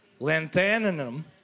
Lanthanum